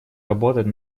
работать